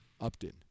Upton